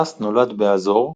שש נולד באזור,